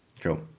Cool